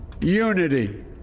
Unity